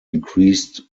increased